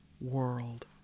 world